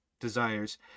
desires